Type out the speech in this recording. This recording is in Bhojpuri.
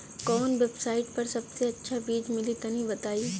कवन वेबसाइट पर सबसे अच्छा बीज मिली तनि बताई?